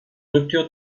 rupture